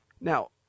Now